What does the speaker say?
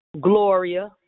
Gloria